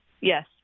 Yes